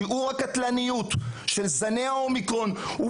שיעור הקטלניות של זני האומיקרון הוא